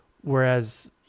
Whereas